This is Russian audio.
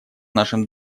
нашем